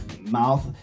mouth